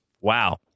Wow